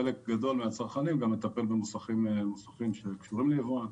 חלק גדול מהצרכנים גם מטפל במוסכים שקשורים לייבואן,